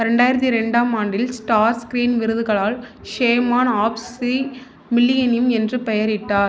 ரெண்டாயிரத்தி ரெண்டாம் ஆண்டில் ஸ்டார் ஸ்கிரீன் விருதுகளால் ஷேமான் ஆஃப் தி மில்லியனிம் என்று பெயரிட்டார்